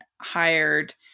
hired